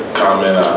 comment